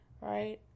right